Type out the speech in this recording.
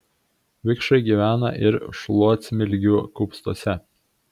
vikšrai gyvena ir šluotsmilgių kupstuose